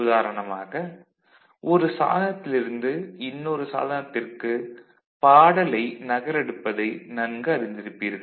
உதாரணமாக ஒரு சாதனத்திலிருந்து இன்னொரு சாதனத்திற்குப் பாடலை நகலெடுப்பதை நன்கு அறிந்திருப்பீர்கள்